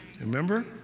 Remember